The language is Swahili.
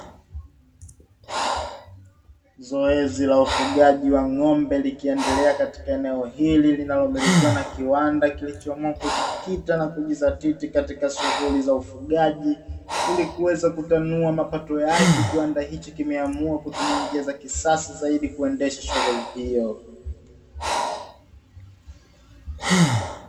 Zoezi la ufugaji wa ng'ombe likiendelea katika eneo hili, linalomilikiwa na kiwanda kilichoamua kujikita na kujizatiti katika shughuli za ufugaji ili kuweza kutanua mapato yake. Kiwanda hiki kimeamua kutumia njia za kisasa zaidi kuendesha shughuli hiyo.